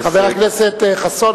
חבר הכנסת חסון,